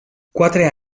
quatre